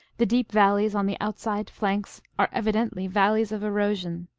the deep valleys on the outside flanks are evidently valleys of erosion,